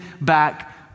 back